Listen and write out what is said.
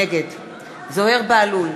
נגד זוהיר בהלול,